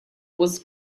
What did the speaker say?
was